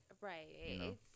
Right